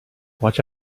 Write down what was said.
watch